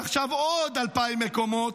ועכשיו עוד 2,000 מקומות.